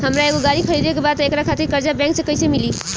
हमरा एगो गाड़ी खरीदे के बा त एकरा खातिर कर्जा बैंक से कईसे मिली?